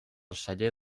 celler